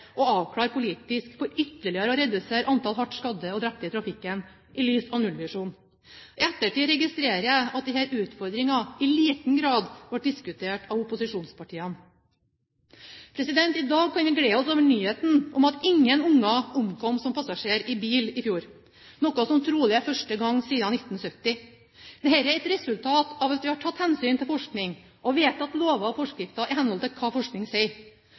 og avklare politisk for ytterligere å redusere antall hardt skadde og drepte i trafikken, i lys av nullvisjonen. I ettertid registrerer jeg at disse utfordringene i liten grad ble diskutert av opposisjonspartiene. I dag kan vi glede oss over nyheten om at ingen unger omkom som passasjer i bil i fjor, noe som trolig er første gang siden 1970. Dette er et resultat av at vi har tatt hensyn til forskning og vedtatt lover og forskrifter i henhold til hva forskning sier.